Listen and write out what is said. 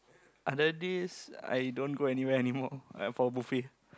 other days I don't go anywhere anymore for buffet